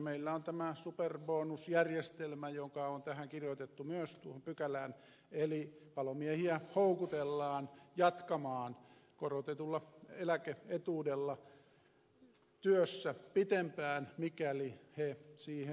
meillä on tämä superbonusjärjestelmä joka on kirjoitettu myös tuohon pykälään eli palomiehiä houkutellaan jatkamaan korotetulla eläke etuudella työssä pitempään mikäli he siihen kykenevät